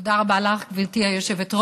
תודה רבה לך, גברתי היושבת-ראש.